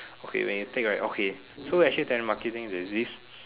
okay when you take right okay so actually telemarketing there's this